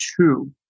two